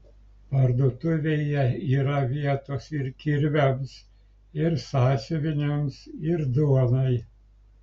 parduotuvėje yra vietos ir kirviams ir sąsiuviniams ir duonai